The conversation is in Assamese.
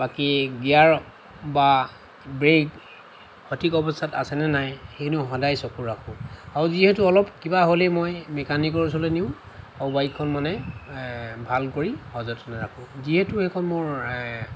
বাকী গিয়াৰ বা ব্ৰেক সঠিক অৱস্থাত আছেনে নাই সেইখিনিও সদায় চকু ৰাখোঁ আৰু যিহেতু অলপ কিবা হ'লেই মই মেকানিকৰ ওচৰলৈ নিওঁ আৰু বাইকখন মানে ভাল কৰি সযতনে ৰাখোঁ যিহেতু সেইখন মোৰ